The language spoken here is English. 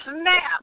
snap